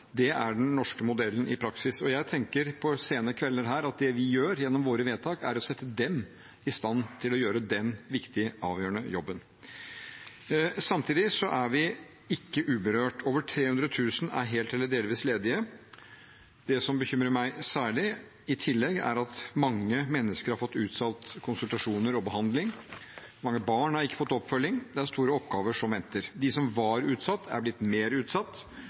Det er den norske modellen i praksis, og jeg tenker på sene kvelder her at det vi gjør gjennom våre vedtak, er å sette dem i stand til å gjøre den viktige, avgjørende jobben. Samtidig er vi ikke uberørt. Over 300 000 er helt eller delvis ledige. Det som bekymrer meg særlig i tillegg, er at mange mennesker har fått utsatt konsultasjoner og behandling. Mange barn har ikke fått oppfølging. Det er store oppgaver som venter. De som var utsatt, er blitt mer utsatt: